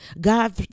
God